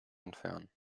entfernen